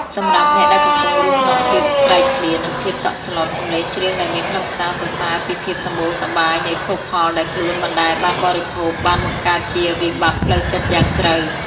សម្រាប់អ្នកដែលកំពុងរស់ក្នុងភាពស្រេកឃ្លាន និងភាពតក់ស្លុត សម្លេងច្រៀងដែលមានខ្លឹមសារសរសើរពីភាពសម្បូរសប្បាយនៃភោគផលដែលខ្លួនមិនដែលបានបរិភោគ បានបង្កើតជាវិបត្តិផ្លូវចិត្តយ៉ាងជ្រៅ។